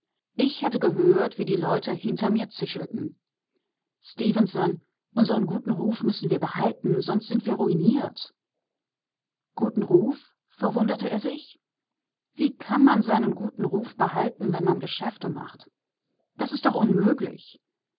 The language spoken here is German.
ich hätte gehört wie die leute hinter mir zischelten stefenson unseren guten ruf müssen wir behalten sonst sind wir ruiniert guten ruf verwunderte er sich wie kann man seinen guten ruf behalten wenn man geschäfte macht das ist doch unmöglich